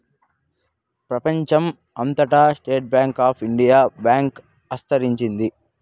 ప్రెపంచం అంతటా state bank of India bank ఇస్తరించింది